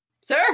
Sir